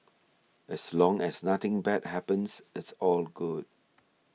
as long as nothing bad happens it's all good